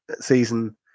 season